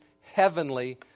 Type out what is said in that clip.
heavenly